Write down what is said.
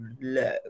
low